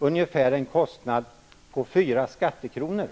en kostnad på ungefär 4 skattekronor.